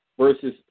versus